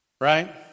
Right